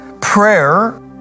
Prayer